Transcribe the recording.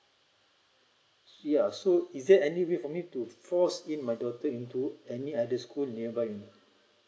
ya so is there any way for me to force in my daughter into any other school nearby